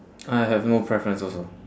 I have no preference also